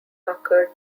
occurred